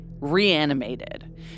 reanimated